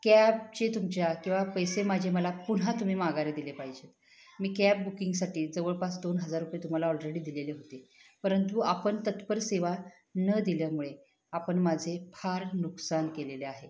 कॅबचे तुमच्या किंवा पैसे माझे मला पुन्हा तुम्ही माघारी दिले पाहिजेत मी कॅब बुकिंगसाठी जवळपास दोन हजार रुपये तुम्हाला ऑलरेडी दिलेले होते परंतु आपण तत्पर सेवा न दिल्यामुळे आपण माझे फार नुकसान केलेले आहे